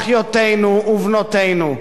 אחיותינו ובנותינו.